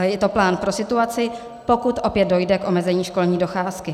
Je to plán pro situaci, pokud opět dojde k omezení školní docházky.